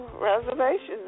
reservations